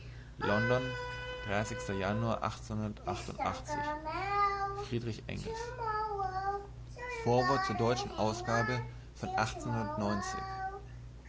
von engels zur deutschen ausgabe von